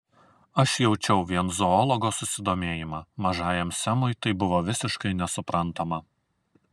aš jaučiau vien zoologo susidomėjimą mažajam semui tai buvo visiškai nesuprantama